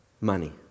money